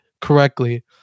correctly